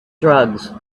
drugs